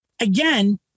again